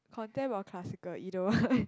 contemp or classical either one